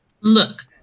Look